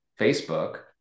Facebook